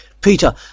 Peter